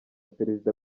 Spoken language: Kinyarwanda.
perezida